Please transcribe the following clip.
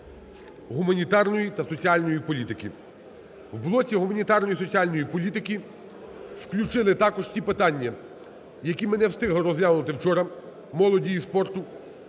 гуманітарної та соціальної політики. В блоці гуманітарної соціальної політики включили також ті питання, які ми не встигли розглянути вчора, молоді і спорту,